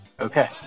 Okay